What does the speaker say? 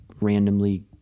randomly